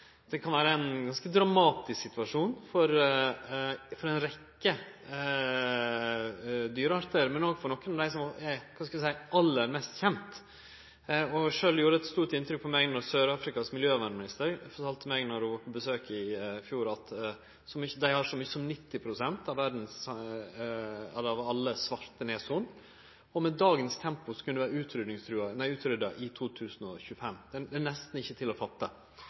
Det kan vere ein ganske dramatisk situasjon for ein rekkje dyreartar, men òg for nokre av dei som er aller mest kjende. Det gjorde eit stort inntrykk på meg då Sør-Afrikas miljøvernminister, då ho var på besøk i fjor, fortalde meg at dei har så mykje som 90 pst. av alle svarte nashorn i verda, og at desse dyra – med dagens tempo – kunne vere utrydda i 2025. Det er nesten ikkje til å fatte.